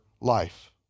life